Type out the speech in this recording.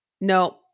No